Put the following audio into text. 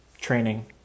training